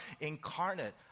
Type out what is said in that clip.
incarnate